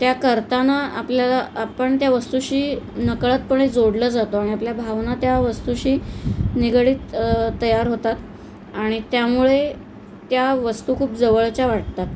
त्या करताना आपल्याला आपण त्या वस्तूशी नकळतपणे जोडलं जातो आणि आपल्या भावना त्या वस्तूशी निगडीत तयार होतात आणि त्यामुळे त्या वस्तू खूप जवळच्या वाटतात